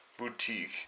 Boutique